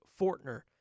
Fortner